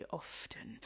often